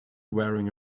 wearing